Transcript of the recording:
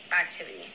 activity